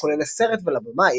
כולל לסרט ולבמאי,